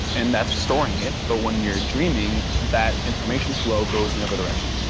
and that's storing it. but when you're dreaming that information flow goes the other direction.